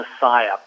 messiah